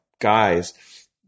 guys